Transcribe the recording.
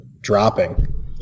dropping